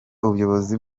ubuyobozi